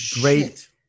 great